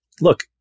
look